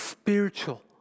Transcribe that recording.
Spiritual